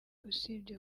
usibye